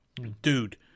Dude